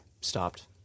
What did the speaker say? stopped